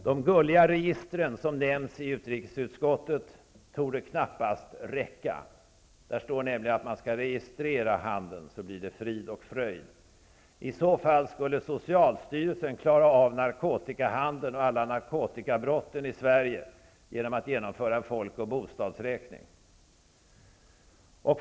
De gulliga registren, som nämns i utrikesutskottets betänkande, torde knappas räcka. Där står det nämligen att man skall registrera handeln. Då blir det frid och fröjd. I så fall skulle socialstyrelsen klara av narkotikahandeln och alla narkotikabrott i Sverige genom att genomföra en folk och bostadsräkning.